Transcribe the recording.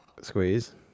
squeeze